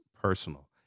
personal